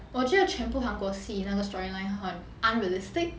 我觉得全部韩国戏那个 story line 很 unrealistic